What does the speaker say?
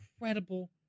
incredible